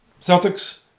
Celtics